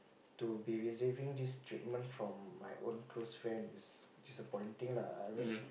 to be receiving this treatment from my own close friend is disappointing lah I mean